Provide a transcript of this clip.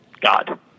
God